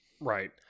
Right